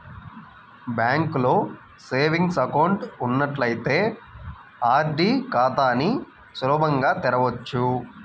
బ్యాంకులో savings account ఉన్నట్లయితే RD ఖాతాని సులభంగా తెరవచ్చు